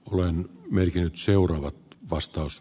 olen melkein seuraava vastaus